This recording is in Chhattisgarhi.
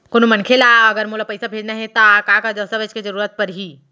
कोनो मनखे ला अगर मोला पइसा भेजना हे ता का का दस्तावेज के जरूरत परही??